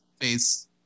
face